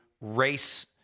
race